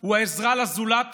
הוא העזרה לזולת